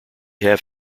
have